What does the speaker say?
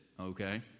okay